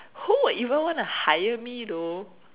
who would even wanna hire me though